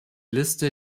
liste